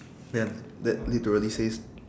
fam that literally says